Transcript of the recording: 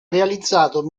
realizzato